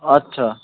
আচ্ছা